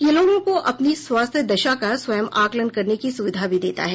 यह लोगों को अपनी स्वास्थ्य दशा का स्वयं आकलन करने की सुविधा भी देता है